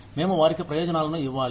మేము వారికి ప్రయోజనాలను ఇవ్వాలి